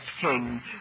king